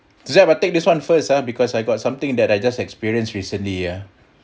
Zeff I take this one first ah because I got something that I just experience recently ah